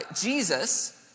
Jesus